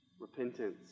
repentance